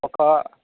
ఒక